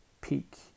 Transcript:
peak